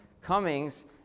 Cummings